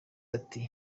ati